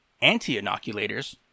Anti-inoculators